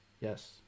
yes